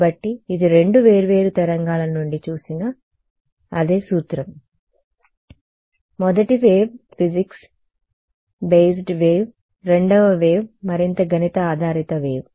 కాబట్టి ఇది రెండు వేర్వేరు తరంగాల నుండి చూసిన అదే సూత్రం మొదటి వేవ్ ఫిజిక్స్ బేస్డ్ వేవ్ రెండవ వేవ్ మరింత గణిత ఆధారిత వేవ్